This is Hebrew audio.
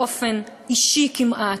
באופן אישי כמעט,